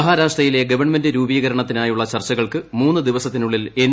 മഹാരാഷ്ട്രയിലെ ഗവൺമെന്റ് രൂപീകരണത്തിനായുള്ള ചർച്ചകൾക്ക് മൂന്ന് ദിവസത്തിനുള്ളിൽ എൻ